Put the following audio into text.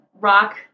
rock